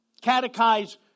Catechize